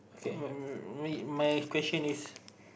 my my my question is